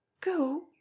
Go